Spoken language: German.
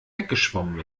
weggeschwommen